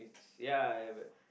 ya I have a